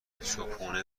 صبحونه